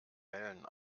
wellen